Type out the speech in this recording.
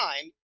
time